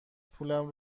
پولم